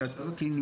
שדה קליני,